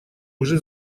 уже